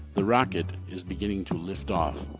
the rocket is beginning to lift off.